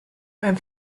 beim